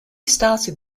started